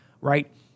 right